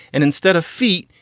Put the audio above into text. and instead of feet,